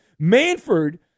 Manford